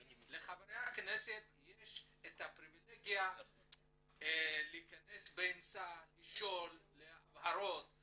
לחברי הכנסת יש את הפריבילגיה להכנס באמצע הדברים ולשאול להבהרות,